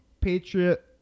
Patriot